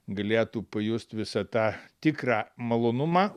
galėtų pajust visą tą tikrą malonumą